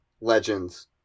Legends